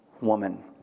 woman